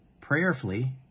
Prayerfully